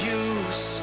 use